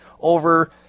over